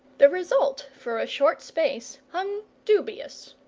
the result for a short space hung dubious.